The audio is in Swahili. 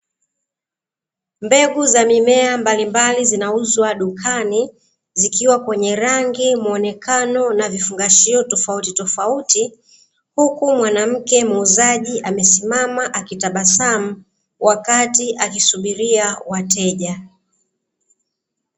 Mbegu za mimea mbalimbali zinauzwa dukani, zikiwa kwenye rangi muonekano na vifungashio tofauti tofauti huku mwanamke muuzaji amesimama akitabasamu wakati akisubiria wateja.